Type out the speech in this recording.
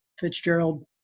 Fitzgerald